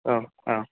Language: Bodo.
औ औ